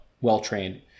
well-trained